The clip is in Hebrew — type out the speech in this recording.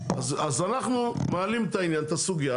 אז אנחנו מעלים את העניין, את הסוגיה.